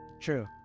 True